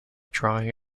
drawing